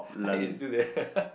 I mean it's still there